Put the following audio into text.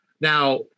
Now